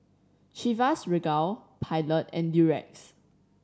Chivas Regal Pilot and Durex